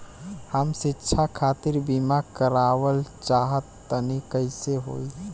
हम शिक्षा खातिर बीमा करावल चाहऽ तनि कइसे होई?